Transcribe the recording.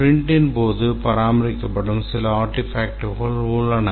ஸ்பிரிண்டின் போது பராமரிக்கப்படும் சில ஆர்டிபேக்டுகள் உள்ளன